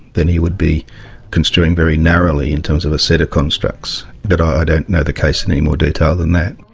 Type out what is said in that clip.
then he would be construing very narrowly in terms of a set of constructs. but i don't know the case in any more detail than that.